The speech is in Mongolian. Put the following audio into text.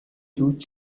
зүүд